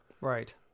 Right